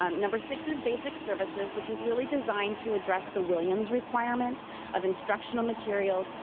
um number six is basic services, which was really designed to address the williams requirements of instructional materials,